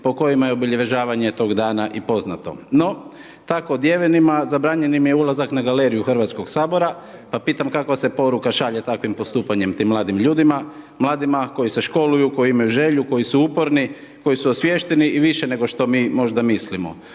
po kojima je obilježavanje tog dana i poznato. No, tako odjevenima, zabranjen im je ulazak na galeriju HS-a, pa pitam kakva se poruka šalje takvim postupanjem tim mladim ljudima, mladima koji se školuju, koji imaju želju, koji su uporni, koji su osviješteni i više nego što mi možda mislimo.